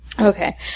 Okay